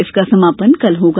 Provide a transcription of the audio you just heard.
इसका समापन कल होगा